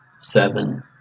seven